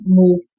move